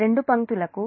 రెండు పంక్తులకు 0